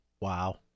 Wow